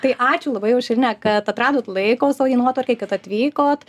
tai ačiū labai aušrine kad atradot laiko savo dienotvarkėj kad atvykot